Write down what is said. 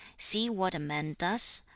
see what a man does.